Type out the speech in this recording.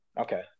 okay